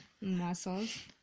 Muscles